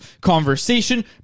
Conversation